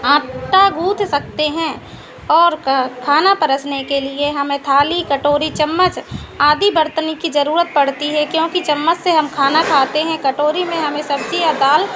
आटा गूँथ सकते हैं और क खाना परोसने के लिए हमें थाली कटोरी चम्मच आदि बर्तन की जरूरत पड़ती है क्योंकि चम्मच से हम खाना खाते हैं कटोरी में हमें सब्जी या दाल